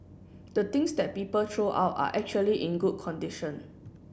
the things that people throw out are actually in good condition